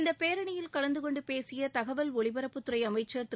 இந்தப் பேரணியில் கலந்து கொண்டு பேசிய தகவல் ஒலிபரப்புத்துறை அமைச்சர் திரு